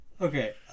Okay